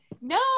No